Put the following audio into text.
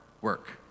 work